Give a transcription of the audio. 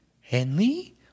Henley